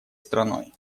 страной